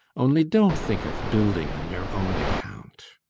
only don't think of building on your own account.